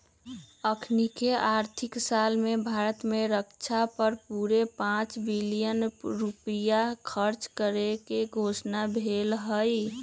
अखनीके आर्थिक साल में भारत में रक्षा पर पूरे पांच बिलियन रुपइया खर्चा करेके घोषणा भेल हई